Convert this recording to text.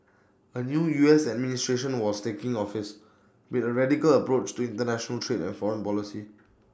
A new U S administration was taking office with A radical approach to International trade and foreign policy